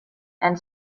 and